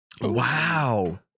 Wow